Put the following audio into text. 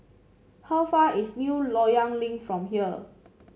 how far is New Loyang Link from here